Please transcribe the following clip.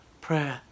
Prayer